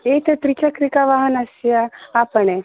एतत्त्रिचक्रिकवाहनस्य आपणे